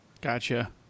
Gotcha